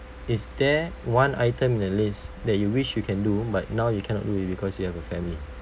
is there one item in the list that you wish you can do but now you cannot do it because you have a family